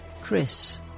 Chris